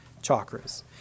chakras